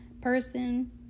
person